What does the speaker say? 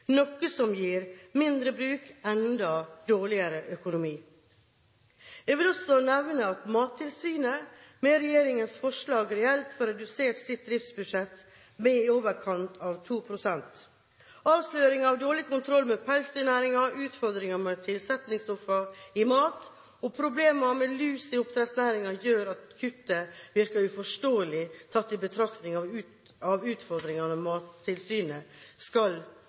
noe som gir mindre bruk enda dårligere økonomi. Jeg vil også nevne at Mattilsynet, med regjeringens forslag, reelt får redusert sitt driftsbudsjett med i overkant av 2 pst. Avsløringen av dårlig kontroll med pelsdyrnæringen, utfordringer med tilsetningsstoffer i mat og problemer med lus i oppdrettsnæringen gjør at kuttet virker uforståelig tatt i betrakting de utfordringene Mattilsynet skal